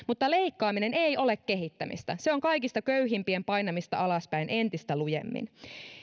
mutta leikkaaminen ei ole kehittämistä se on kaikista köyhimpien painamista alaspäin entistä lujemmin